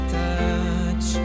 touch